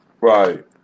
right